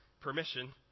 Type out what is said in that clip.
permission